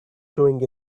showing